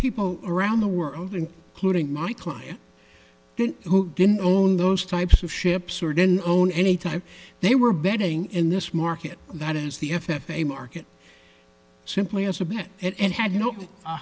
people around the world and clothing my client who didn't own those types of ships or didn't own any time they were betting in this market that is the f f a market simply as a bit it had